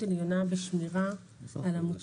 הוא עובר בחינה של משרד הבריאות על ידי